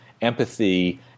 empathy